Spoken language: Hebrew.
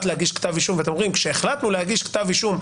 להגיש כתב אישום ואתם אומרים: כשהחלטנו להגיש כתב אישום,